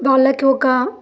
వాళ్ళకి ఒక